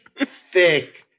thick